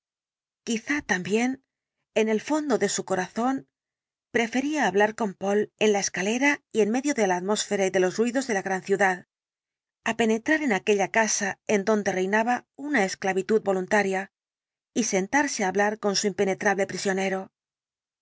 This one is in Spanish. quizá también en el fondo de su corazón prefería hablar con poole en la escalera y en medio de la atmósfera y de los ruidos de la gran ciudad á penetrar en aquella casa en donde reinaba una esclavitud voluntaria y sentarse á hablar con su impenetrable prisionero